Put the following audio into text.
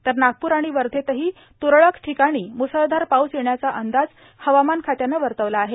तर नागप्र आणि वर्धेतही तुरळक ठिकाणी मुसळधार पाऊस येण्याचा अंदाज हवामान खात्यानं वर्तवला आहे